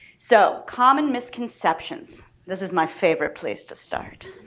so common misconceptions. this is my favorite place to start.